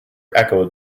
echoed